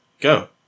go